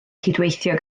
cydweithio